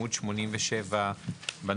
עמוד 87 בנוסח.